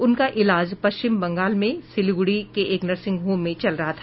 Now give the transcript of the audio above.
उनका इलाज पश्चिम बंगाल में सिलीगुड़ी के एक नर्सिंग होम में चल रहा था